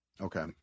Okay